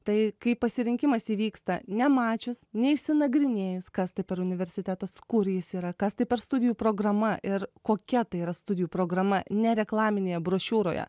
tai kaip pasirinkimas įvyksta nemačius neišsinagrinėjus kas tai per universitetas kur jis yra kas tai per studijų programa ir kokia tai yra studijų programa ne reklaminėje brošiūroje